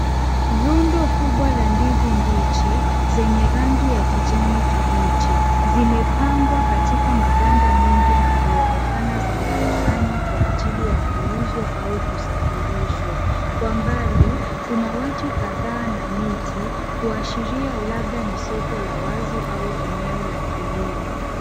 Rundo kubwa la ndizi mbichi zenye rangi ya kijani kibichi zimepangwa katika maganda mengi, na kuonekana zimekusanywa kwa ajili ya kuuzwa au kusafirishwa. Kwa mbali, kuna watu kadhaa na miti, kuashiria labda ni soko la wazi au eneo la kilimo.